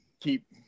keep